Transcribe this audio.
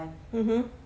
mmhmm